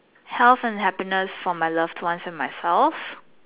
health and happiness for my loved ones and myself